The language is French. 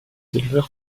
éleveurs